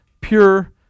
pure